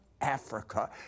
Africa